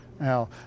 Now